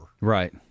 right